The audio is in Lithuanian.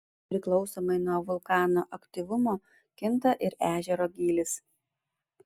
priklausomai nuo vulkano aktyvumo kinta ir ežero gylis